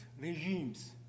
regimes